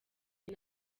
nti